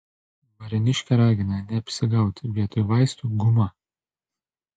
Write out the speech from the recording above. varėniškė ragina neapsigauti vietoj vaistų guma